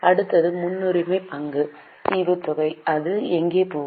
அடுத்தது முன்னுரிமை பங்கு ஈவுத்தொகை அது எங்கே போகும்